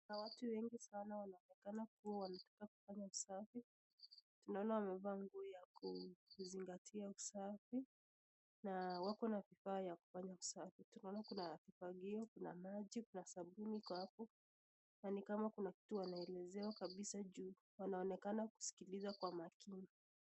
Kuna watu wengi sana wanaonekana kuwa wanakaa kufanya usafi. Naona wamevaa nguo ya kusingatia usafi na wako na vifaa vya kufanya kazi. Tunaona kuna kifagio, kuna maji, kuna sabuni iko hapo na ni kama kuna kitu wanaelezewa kabisa juu wanaonekana kusikiliza kwa makini.